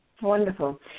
Wonderful